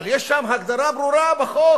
אבל שם יש הגדרה ברורה בחוק